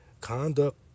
conduct